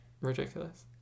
ridiculous